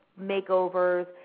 makeovers